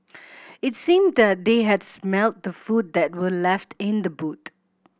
it seemed that they had smelt the food that were left in the boot